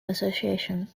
association